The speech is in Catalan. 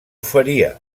faria